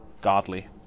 godly